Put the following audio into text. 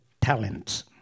talents